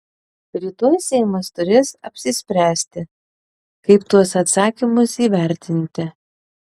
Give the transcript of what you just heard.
rytoj seimas turės apsispręsti kaip tuos atsakymus įvertinti